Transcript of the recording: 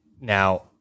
Now